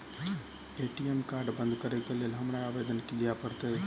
ATM card बंद करैक लेल हमरा आवेदन दिय पड़त?